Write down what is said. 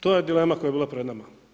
To je dilema koja je bila pred nama.